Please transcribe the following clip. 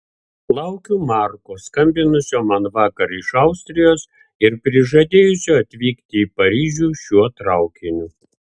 laukiu marko skambinusio man vakar iš austrijos ir prižadėjusio atvykti į paryžių šiuo traukiniu